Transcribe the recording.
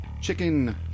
chicken